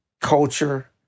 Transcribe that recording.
culture